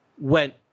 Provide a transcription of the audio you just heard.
went